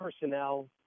personnel